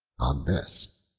on this,